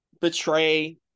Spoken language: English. betray